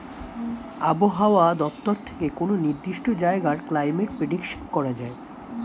আবহাওয়া দপ্তর থেকে কোনো নির্দিষ্ট জায়গার ক্লাইমেট প্রেডিকশন করা যায়